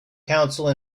council